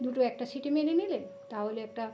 দুটো একটা সিটি মেরে নিলেন তাহলে একটা